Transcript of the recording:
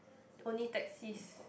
only taxis